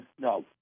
no